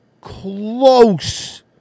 close